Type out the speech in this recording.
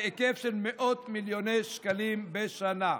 בהיקף של מאות מיליוני שקלים בשנה.